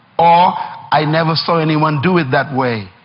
or i never saw anyone do it that way.